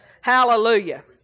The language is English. Hallelujah